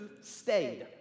stayed